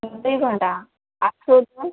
ଦୁଇ ଘଣ୍ଟା ଆଠରୁ ଦଶ